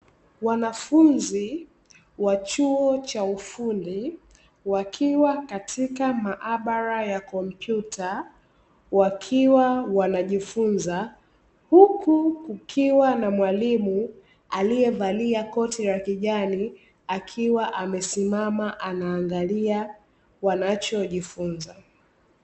Wanafunzi wa chuo cha ufundi wakiwa katika maabara ya kompyuta wakiwa wanajifunza, huku kukiwa na mwalimu ambae alievalia koti la kijani, akiwa amesimama anaangalia wanachojifunza.